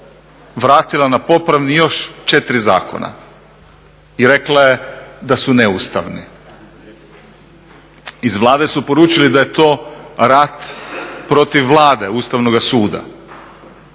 vratila na popravni još 4 zakona i rekla je da su neustavni. Iz Vlade su poručili da je to rat protiv Vlade Ustavnoga suda.